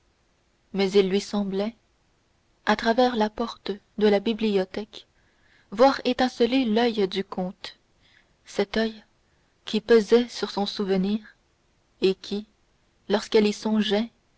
mais il lui semblait à travers la porte de la bibliothèque voir étinceler l'oeil du comte cet oeil qui pesait sur son souvenir et qui lorsqu'elle y songeait